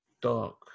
dark